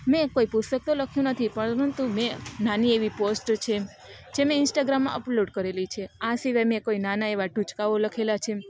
મેં કોઈ પુસ્તક તો લખ્યું નથી પરંતુ મેં નાની એવી પોસ્ટ છે જે મેં ઇન્સ્ટાગ્રામમાં અપલોડ કરેલી છે આ સિવાય મેં કોઈ નાના એવા ટૂચકાઓ લખેલા છે